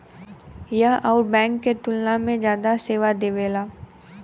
यह अउर बैंक के तुलना में जादा सेवा देवेला